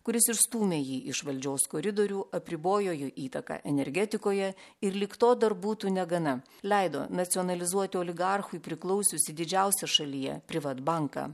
kuris išstūmė jį iš valdžios koridorių apribojo jo įtaką energetikoje ir lyg to dar būtų negana leido nacionalizuoti oligarchui priklausiusį didžiausią šalyje privatbanką